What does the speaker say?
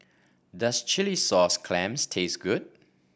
does Chilli Sauce Clams taste good